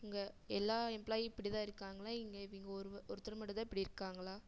உங்கள் எல்லா எம்ப்லாயி இப்படி தான் இருக்காங்களா இங்கே இவங்க ஒருவ ஒருத்தர் மட்டும் தான் இப்படி இருக்காங்களா